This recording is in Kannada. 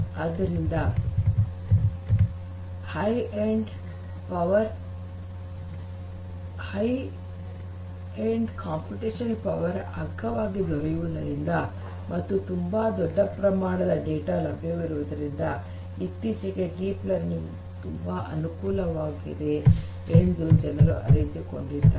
ಆದ್ದರಿಂದ ಹೈ ಎಂಡ್ ಕಂಪ್ಯೂಟೇಷನಲ್ ಪವರ್ ಅಗ್ಗವಾಗಿ ದೊರೆಯುವುದರಿಂದ ಮತ್ತು ತುಂಬಾ ದೊಡ್ಡ ಪ್ರಮಾಣದ ಡೇಟಾ ಲಭ್ಯವಿರುವುದರಿಂದ ಇತ್ತೀಚಿಗೆ ಡೀಪ್ ಲರ್ನಿಂಗ್ ತುಂಬಾ ಅನುಕೂಲಕರವಾಗಿದೆ ಎಂದು ಜನರು ಅರಿತುಕೊಂಡಿದ್ದಾರೆ